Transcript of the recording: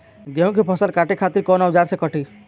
गेहूं के फसल काटे खातिर कोवन औजार से कटी?